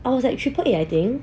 I was like triple eight I think